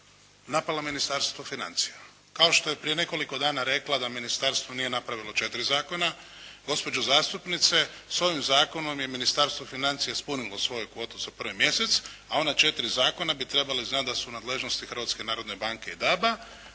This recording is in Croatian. napala Ministarstvo financija kao što je prije nekoliko dana rekla da ministarstvo nije napravilo četiri zakona. Gospođo zastupnice, s ovim zakonom je Ministarstvo financija ispunilo svoju kvotu za prvi mjesec a ona četiri zakona bi trebali znati da su u nadležnosti Hrvatske narodne banke i DAB-a.